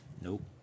nope